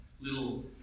little